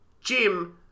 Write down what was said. Jim